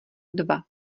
dva